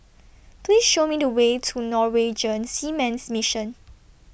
Please Show Me The Way to Norwegian Seamen's Mission